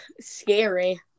scary